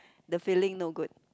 the feeling no good